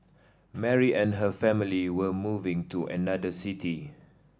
Mary and her family were moving to another city